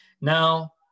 Now